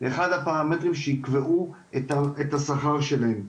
ואחד הפרמטרים שיקבעו את השכר שלהם.